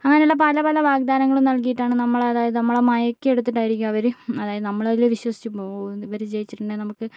അങ്ങനെയുള്ള പല പല വാഗ്ദാനങ്ങളും നൽകിയിട്ടാണ് നമ്മൾ അതായത് നമ്മളെ മയക്കി എടുത്തിട്ടായിരിക്കും അവർ നമ്മളതിൽ വിശ്വസിച്ചു പോവും ഇവര് ജയിച്ചിട്ടുണ്ടെങ്കിൽ നമുക്ക്